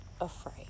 afraid